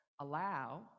Allow